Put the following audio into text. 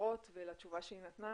ההכשרות ולתשובה שהיא נתנה.